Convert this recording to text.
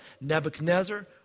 Nebuchadnezzar